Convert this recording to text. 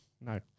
No